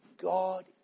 God